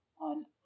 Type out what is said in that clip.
On